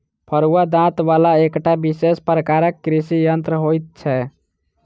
फरूआ दाँत बला एकटा विशेष प्रकारक कृषि यंत्र होइत छै